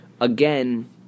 again